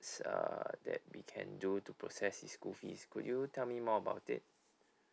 err that we can do to process this school fees could you tell me more about it